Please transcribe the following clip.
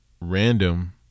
random